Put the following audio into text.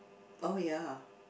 oh ya